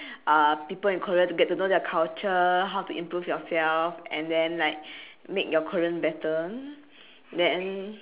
uh people in korea to get to know their culture how to improve yourself and then like make your korean better then